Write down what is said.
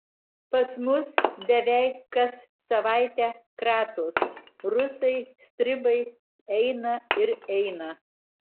pas mus beveik kas savaitę kratos rusai stribai eina ir eina